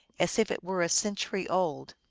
as if it were a century old.